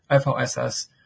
FOSS